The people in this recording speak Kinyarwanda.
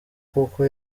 kuko